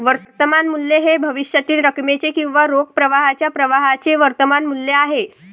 वर्तमान मूल्य हे भविष्यातील रकमेचे किंवा रोख प्रवाहाच्या प्रवाहाचे वर्तमान मूल्य आहे